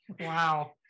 wow